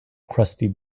crusty